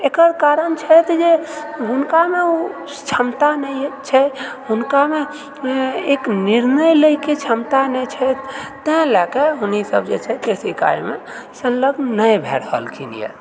एकर कारण छथि जे हुनकामऽ ओ क्षमता नहि यऽ छै हुनकामे एक निर्णय लयकऽ क्षमता नहि छथि ताहि लैकऽ हुनिसभ जे छै कृषि कार्यमऽ सङ्लग्न नहि भै रहलखिन यऽ